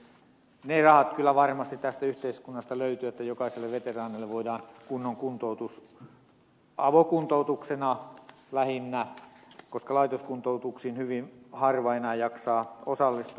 ne rahat kyllä varmasti tästä yhteiskunnasta löytyvät että jokaiselle veteraanille voidaan järjestää kunnon kuntoutus avokuntoutuksena lähinnä koska laitoskuntoutuksiin hyvin harva enää jaksaa osallistua